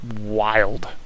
wild